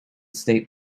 state